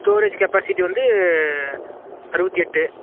storage capacity வந்து அறுபத்தி எட்டு